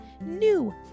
new